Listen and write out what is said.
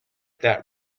that